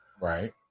right